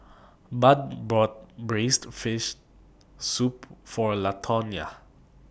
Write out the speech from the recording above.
Budd bought Braised Shark Fin Soup For Latonya